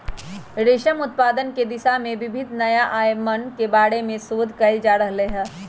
रेशम उत्पादन के दिशा में विविध नया आयामन के बारे में शोध कइल जा रहले है